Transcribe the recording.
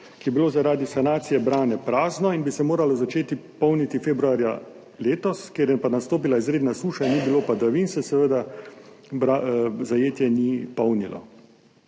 ki je bilo zaradi sanacije Brane prazno in bi se moralo začeti polniti februarja letos, ker je pa nastopila izredna suša in ni bilo padavin, se seveda zajetje ni polnilo.